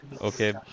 Okay